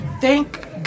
Thank